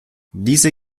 diese